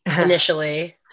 initially